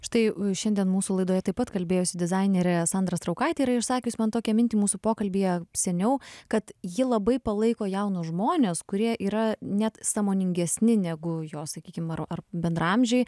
štai šiandien mūsų laidoje taip pat kalbėjusi dizainerė sandra straukaitė yra išsakius man tokią mintį mūsų pokalbyje seniau kad ji labai palaiko jaunus žmones kurie yra net sąmoningesni negu jos sakykime ar bendraamžiai